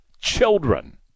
children